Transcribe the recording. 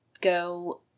go